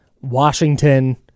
Washington